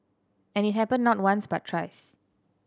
and it happened not once but thrice